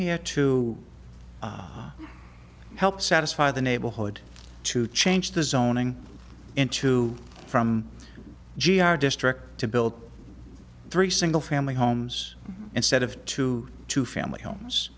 here to help satisfy the neighborhood to change the zoning into from g r district to build three single family homes instead of two two family homes